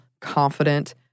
confident